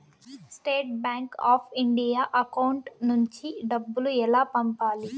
State Bank of India account నుంచి డబ్బులు ఎలా పంపాలి?